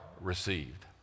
received